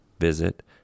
visit